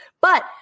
but-